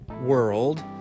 world